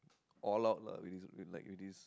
all out lah with his like with his